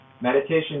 meditation